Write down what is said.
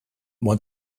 want